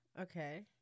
Okay